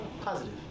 Positive